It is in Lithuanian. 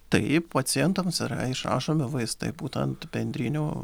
taip pacientams yra išrašomi vaistai būtent bendrinio